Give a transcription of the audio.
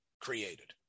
created